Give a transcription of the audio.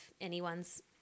anyone's